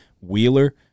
wheeler